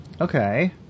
Okay